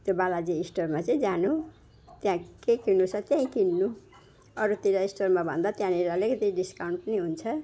त्यो बालाजी स्टोरमा चाहिँ जानू त्यहाँ के किन्नु छ त्यही किन्नू अरूतिर स्टोरमा भन्दा त्यहाँनिर अलिकति डिस्काउन्ट पनि हुन्छ